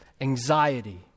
anxiety